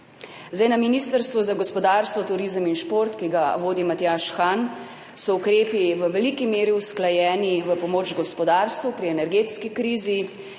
Na Ministrstvu za gospodarstvo, turizem in šport, ki ga vodi Matjaž Han, so ukrepi v veliki meri usklajeni v pomoč gospodarstvu pri energetski krizi